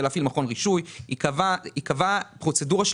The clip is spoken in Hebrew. היא קבעה פרוצדורה.